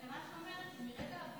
התקנה אומרת שמרגע הבדיקה,